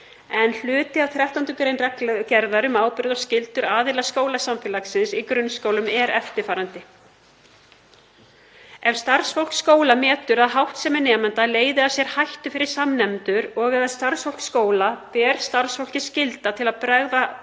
en hluti af 13. gr. reglugerðar um ábyrgð og skyldur aðila skólasamfélagsins í grunnskólum er eftirfarandi: „Ef starfsfólk skóla metur að háttsemi nemenda leiði af sér hættu fyrir samnemendur og/eða starfsfólk skóla ber starfsfólki skylda til að bregðast